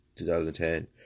2010